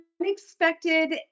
unexpected